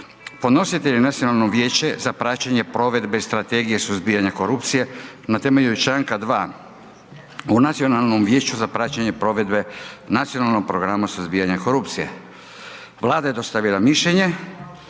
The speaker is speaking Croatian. Predlagatelj je Nacionalno vijeće za praćenje provedbe Strategije suzbijanja korupcije na temelju članka 2. o Nacionalnom vijeću za praćenje provedbe nacionalnog programa suzbijanja korupcije. Vlada je dostavila mišljenje,